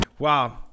Wow